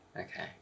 okay